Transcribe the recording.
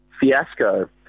fiasco